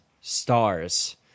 stars